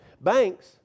Banks